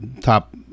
top